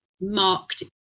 marked